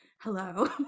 hello